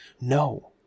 No